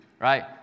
right